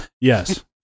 Yes